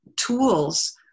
tools